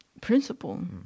principle